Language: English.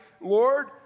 Lord